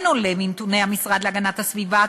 כן עולה מנתוני המשרד להגנת הסביבה,